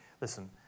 Listen